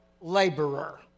laborer